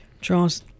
Charles